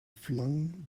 flung